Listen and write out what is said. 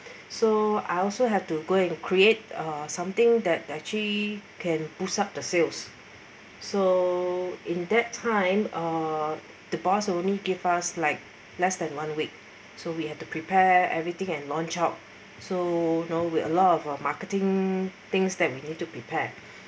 so I also have to go and create uh something that actually can push up the sales so in that time uh the boss only gave us like less than one week so we have to prepare everything and launch out so you know a lot of or marketing things that we need to prepare